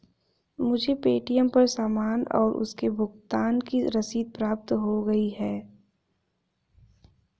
मुझे पे.टी.एम पर सामान और उसके भुगतान की रसीद प्राप्त हो गई है